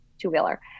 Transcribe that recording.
two-wheeler